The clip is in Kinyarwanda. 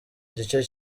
igice